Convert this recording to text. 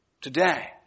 today